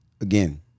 again